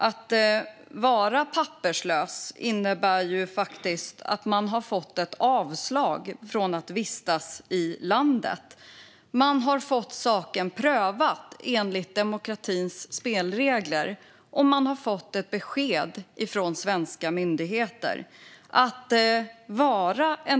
Att vara papperslös innebär faktiskt att man har fått ett avslag och inte har rätt att vistas i landet. Man har fått saken prövad enligt demokratins spelregler, och man har fått ett besked från svenska myndigheter.